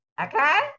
Okay